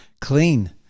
clean